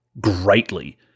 greatly